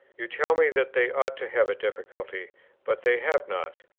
you tell me that they ought to have a difficulty but they have not.